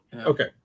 Okay